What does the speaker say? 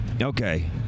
Okay